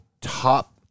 top